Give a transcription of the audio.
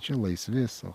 čia laisvi sau